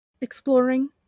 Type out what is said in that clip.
exploring